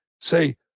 Say